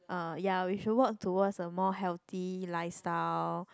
uh ya we should work towards a more healthy lifestyle